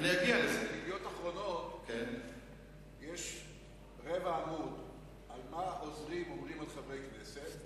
ב"ידיעות אחרונות" יש רבע עמוד על מה עוזרים אומרים על חברי כנסת,